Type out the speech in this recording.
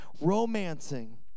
romancing